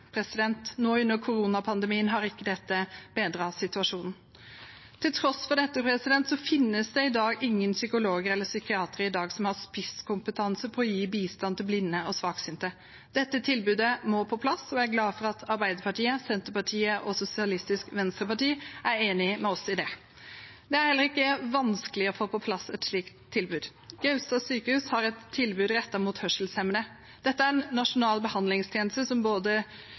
Nå under koronapandemien har ikke denne situasjonen bedret seg. Til tross for dette finnes det i dag ingen psykologer eller psykiatere som har spisskompetanse på å gi bistand til blinde og svaksynte. Dette tilbudet må på plass, og jeg er glad for at Arbeiderpartiet, Senterpartiet og Sosialistisk Venstreparti er enig med oss i det. Det er heller ikke vanskelig å få på plass et slikt tilbud. Gaustad sykehus har et tilbud rettet mot hørselshemmede. Dette er en nasjonal behandlingstjeneste som gir direkte oppfølging til både